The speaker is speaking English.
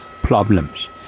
problems